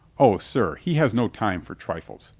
o, sir, he has no time for trifles.